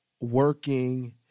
working